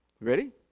Ready